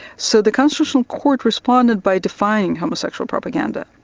so the constitutional court responded by defining homosexual propaganda,